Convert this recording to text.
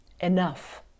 enough